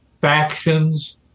factions